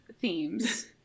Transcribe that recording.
themes